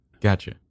Gotcha